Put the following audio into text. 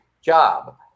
job